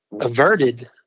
averted